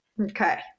Okay